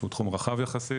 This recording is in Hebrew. שהוא תחום רחב יחסית